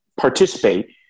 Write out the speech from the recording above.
participate